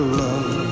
love